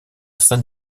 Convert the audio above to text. saint